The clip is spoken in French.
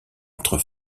entre